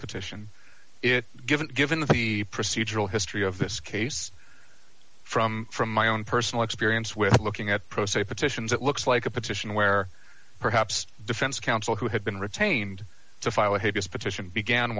petition it given given the procedural history of this case from from my own personal experience with looking at pro se petitions it looks like a petition where perhaps defense counsel who had been retained to file a petition began